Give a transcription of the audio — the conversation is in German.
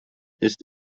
ist